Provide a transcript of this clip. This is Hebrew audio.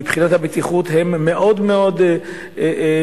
מבחינת הבטיחות הם נחשבים מאוד מאוד מחמירים,